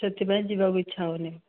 ସେଥିପାଇଁ ଯିବାକୁ ଇଚ୍ଛା ହେଉନାହିଁ